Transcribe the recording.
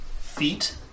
feet